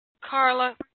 Carla